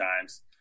times